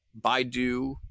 Baidu